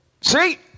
See